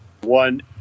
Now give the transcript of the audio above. one